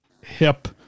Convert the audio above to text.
hip